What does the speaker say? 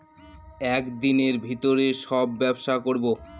এক দিনের ভিতরে সব ব্যবসা করবো